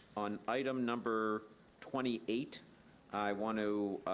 on item number twenty eight i want to